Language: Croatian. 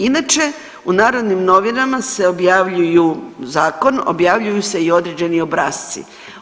Inače, u Narodnim novinama se objavljuju zakon, objavljuju se i određeni obrasci.